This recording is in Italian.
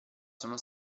sono